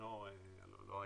בזמנו הרשות עדיין לא הייתה,